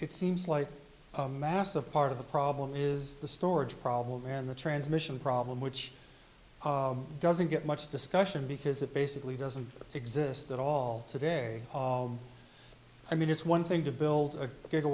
it seems like a massive part of the problem is the storage problem and the transmission problem which doesn't get much discussion because it basically doesn't exist at all today i mean it's one thing to build a